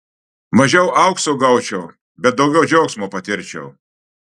mažiau aukso gaučiau bet daugiau džiaugsmo patirčiau